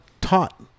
taught